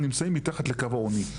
נמצאים מתחת לקו העוני,